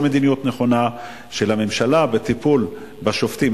מדיניות נכונה של הממשלה בטיפול בשובתים,